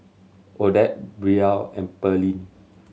Odette Brielle and Pearline